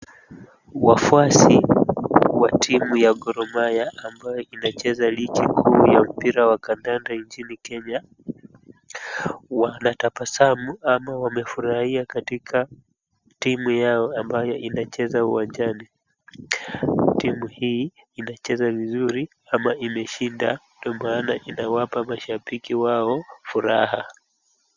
Wafuasi wa timu ya Gor Mahia ambayo inacheza Ligi Kuu ya Mpira wa Kandanda nchini Kenya wanatabasamu ama wamefurahia katika timu yao ambayo inacheza uwanjani. Timu hii inacheza vizuri ama imeshinda ndio maana inawapa mashabiki wao furaha.